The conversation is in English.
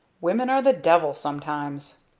women are the devil, sometimes.